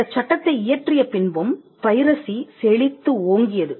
இந்தச் சட்டத்தை இயற்றிய பின்பும் பைரசி செழித்து ஓங்கியது